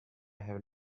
have